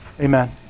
Amen